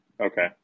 Okay